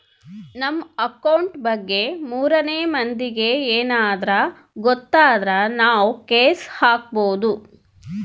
ನಮ್ ಅಕೌಂಟ್ ಬಗ್ಗೆ ಮೂರನೆ ಮಂದಿಗೆ ಯೆನದ್ರ ಗೊತ್ತಾದ್ರ ನಾವ್ ಕೇಸ್ ಹಾಕ್ಬೊದು